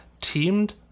teamed